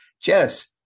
Jess